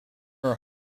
are